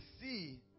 see